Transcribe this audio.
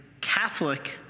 Catholic